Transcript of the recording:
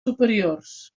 superiors